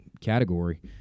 category